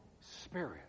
Spirit